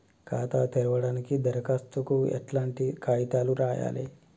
ఖాతా తెరవడానికి దరఖాస్తుకు ఎట్లాంటి కాయితాలు రాయాలే?